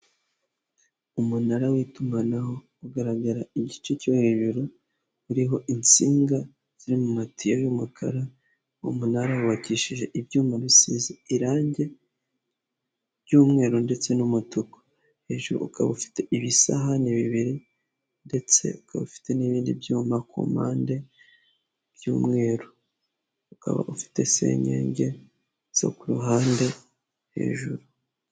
Umunara w'itumanaho ugaragara igice cyo hejuru, uriho insinga ziri mu matiyo y'umukara, umunara wubakishije ibyuma irangi ry'umweru ndetse n'umutuku. Hejuru ukaba ufite ibisahani bibiri, ndetse ukaba ufite n'ibindi byuma ku mpande by'umweru ukaba ufite senyenge zo ku ruhande hejuru.